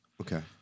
Okay